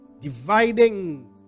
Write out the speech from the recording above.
Dividing